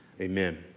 Amen